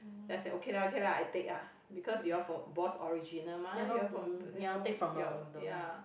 then I say okay lah okay lah I take ah because you all from bosch original mah you all from the you know ya what ya